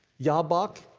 jabach,